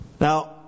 Now